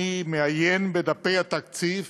אני מעיין בדפי התקציב